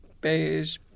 beige